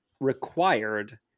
required